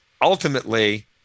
ultimately